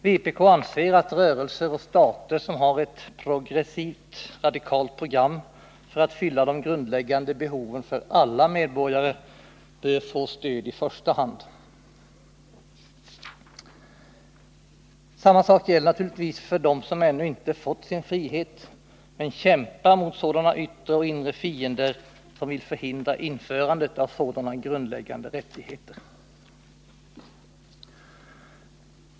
Vpk anser att rörelser och stater som har ett progressivt, radikalt program för att fylla de grundläggande behoven för alla medborgare bör få stöd i första hand. Samma sak gäller naturligtvis för dem som ännu inte fått sin frihet men kämpar mot sådana yttre och inre fiender som vill förhindra införandet av sådana grundläggande rättigheter.